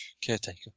Caretaker